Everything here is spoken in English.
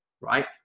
right